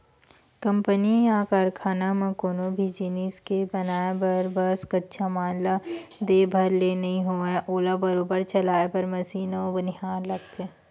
company या कारखाना म कोनो भी जिनिस के बनाय बर बस कच्चा माल ला दे भर ले नइ होवय ओला बरोबर चलाय बर मसीन अउ बनिहार लगथे